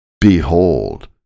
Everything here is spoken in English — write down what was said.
behold